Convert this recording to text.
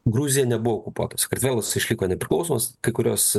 gruzija nebuvo okupuota sakartvelas išliko nepriklausomas kai kurios